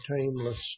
timeless